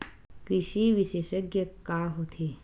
कृषि विशेषज्ञ का होथे?